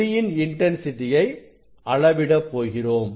ஒளியின் இன்டன்சிட்டியை அளவிட போகிறோம்